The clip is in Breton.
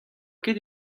ket